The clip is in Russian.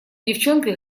девчонкой